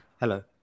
Hello